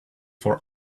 for